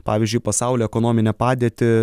pavyzdžiui pasaulio ekonominę padėtį